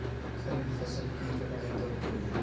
खरीफ फसल की कटाई कब करिये?